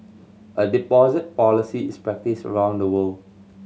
a deposit policy is practised around the world